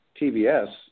TBS